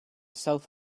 south